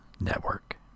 Network